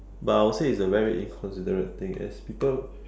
but I'll say is a very inconsiderate thing as people